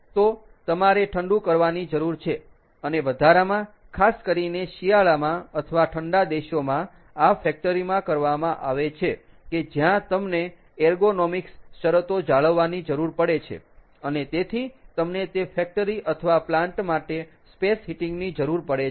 તો તમારે ઠંડુ કરવાની જરૂર છે અને વધારામાં ખાસ કરીને શિયાળામાં અથવા ઠંડા દેશોમાં આ ફેક્ટરી માં કરવામાં આવે છે કે જ્યાં તમને એર્ગોનોમિક્સ શરતો જાળવવાની જરૂર પડે છે અને તેથી તમને તે ફેકટરી અથવા પ્લાન્ટ માટે સ્પેસ હીટિંગ ની જરૂર પડે છે